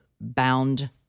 bound